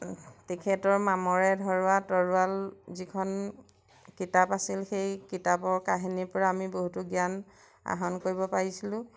আ তেখেতৰ মামৰে ধৰোৱা তৰোৱাল যিখন কিতাপ আছিল সেই কিতাপৰ কাহিনীৰ পৰা আমি বহুতো জ্ঞান আহৰণ কৰিব পাৰিছিলোঁ